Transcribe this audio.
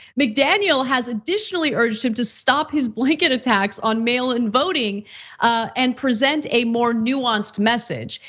mcdaniel has additionally urged him to stop his blanket attacks on mail-in-voting and present a more nuanced message.